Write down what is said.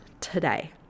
today